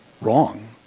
wrong